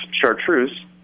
chartreuse